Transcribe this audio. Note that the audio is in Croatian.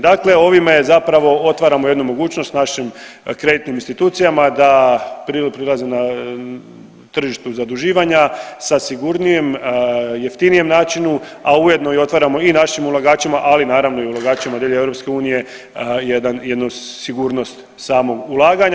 Dakle, ovime zapravo otvaramo jednu mogućnost našim kreditnim institucijama da prelaze na tržištu zaduživanja sa sigurnijem, jeftinijem načinu a ujedno otvaramo i našim ulagačima, ali i naravno ulagačima diljem EU jednu sigurnost samog ulaganja.